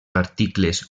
articles